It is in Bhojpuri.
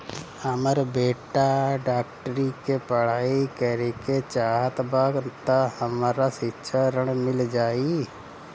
हमर बेटा डाक्टरी के पढ़ाई करेके चाहत बा त हमरा शिक्षा ऋण मिल जाई?